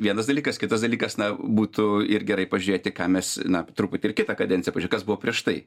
vienas dalykas kitas dalykas na būtų ir gerai pažiūrėti ką mes na truputį ir kitą kadenciją pažiūrėt kas buvo prieš tai